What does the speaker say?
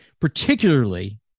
particularly